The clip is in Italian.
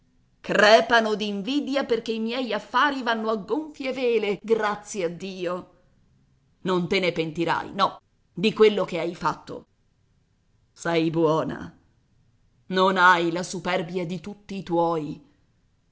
crepano d'invidia perché i miei affari vanno a gonfie vele grazie a dio non te ne pentirai no di quello che hai fatto sei buona non hai la superbia di tutti i tuoi